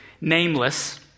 Nameless